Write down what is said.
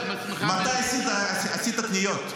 מתי עשית קניות?